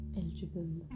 eligible